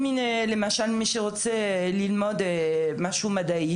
מי שרוצה ללמוד משהו מדעי